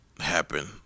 happen